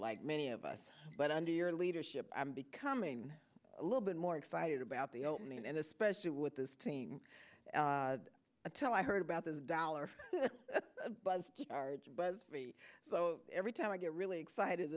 like many of us but under your leadership i'm becoming a little bit more excited about the opening and especially with this team until i heard about the dollar for every time i get really excited